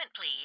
please